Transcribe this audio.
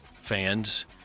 fans